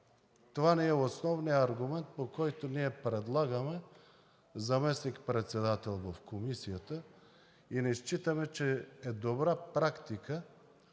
Това ни е основният аргумент, по който ние предлагаме заместник-председател в Комисията и не считаме, че е добра практика